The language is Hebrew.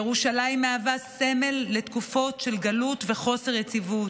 ירושלים מהווה סמל לתקופות של גלות וחוסר יציבות,